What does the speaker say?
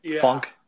funk